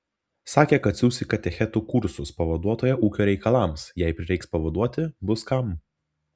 sakė kad siųs į katechetų kursus pavaduotoją ūkio reikalams jei prireiks pavaduoti bus kam